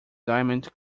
diamante